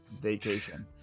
Vacation